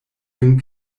vin